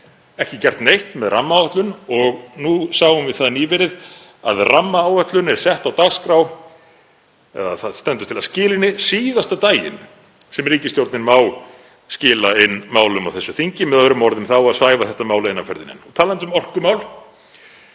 ekki gert neitt með rammaáætlun og nú sáum við það nýverið að rammaáætlun er sett á dagskrá, eða það stendur til að skila henni síðasta daginn sem ríkisstjórnin má skila inn málum á þessu þingi. Með öðrum orðum: Það á að svæfa þetta mál eina ferðina enn. Talandi um orkumál.